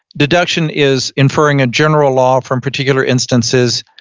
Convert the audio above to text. deduction is inferring a general law from particular instances.